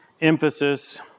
emphasis